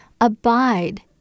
Abide